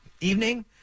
evening